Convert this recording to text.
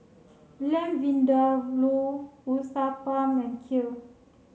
Lamb Vindaloo Uthapam and Kheer